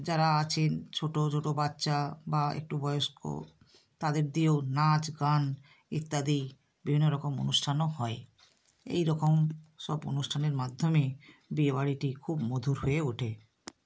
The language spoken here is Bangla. যারা আছেন ছোট ছোট বাচ্চা বা একটু বয়স্ক তাদের দিয়েও নাচ গান ইত্যাদি বিভিন্ন রকম অনুষ্ঠানও হয় এই রকম সব অনুষ্ঠানের মাধ্যমে বিয়েবাড়িটি খুব মধুর হয়ে ওঠে